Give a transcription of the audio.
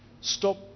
Stop